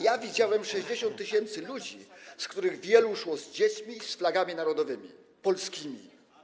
Ja widziałem 60 tys. ludzi, z których wielu szło z dziećmi i z flagami narodowymi, polskimi.